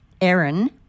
Aaron